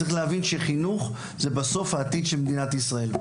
צריך להבין שחינוך זה בסוף העתיד של מדינת ישראל.